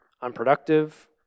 unproductive